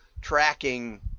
tracking